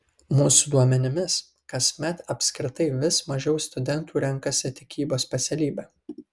mūsų duomenimis kasmet apskritai vis mažiau studentų renkasi tikybos specialybę